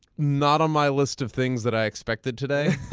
not on my list of things that i expected today.